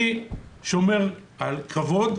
אני שומר על כבוד.